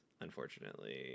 unfortunately